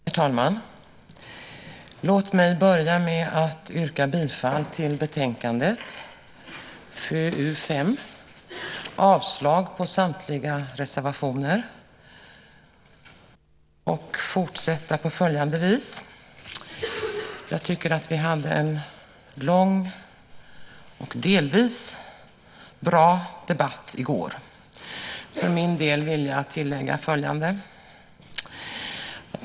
Herr talman! Låt mig börja med att yrka bifall till förslaget i betänkandet FöU5 och avslag på samtliga reservationer. Vi hade en lång och delvis bra debatt i går. För min del vill jag tillägga följande.